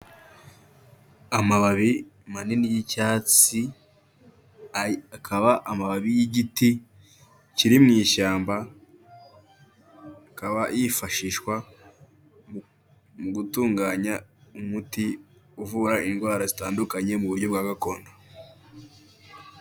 Amababi manini y'icyatsi akaba amababi y'igiti kiri mu ishyamba akaba yifashishwa mu gutunganya umuti uvura indwara zitandukanye mu buryo bwa gakondo.